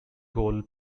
goal